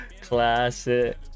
classic